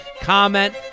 comment